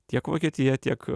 tiek vokietija tiek